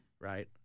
right